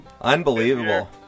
Unbelievable